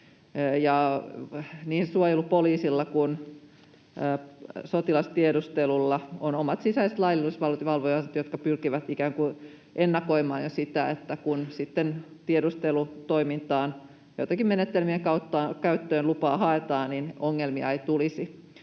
suojelupoliisilla kuin sotilastiedustelulla on omat sisäiset laillisuusvalvojat, jotka pyrkivät ikään kuin ennakoimaan sitä, että kun sitten tiedustelutoimintaan joittenkin menetelmien kautta käyttölupaa haetaan, niin ongelmia ei tulisi.